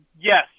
Yes